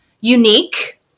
unique